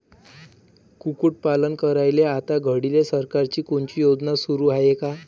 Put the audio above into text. कुक्कुटपालन करायले आता घडीले सरकारची कोनची योजना सुरू हाये का?